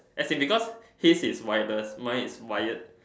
as in because he is wireless mine is wired